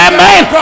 Amen